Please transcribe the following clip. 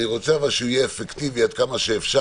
אבל אני רוצה שהוא יהיה אפקטיבי עד כמה שאפשר,